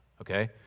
okay